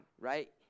right